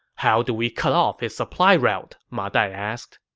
how do we cut off his supply route? ma dai asked